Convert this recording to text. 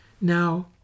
now